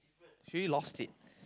she already lost it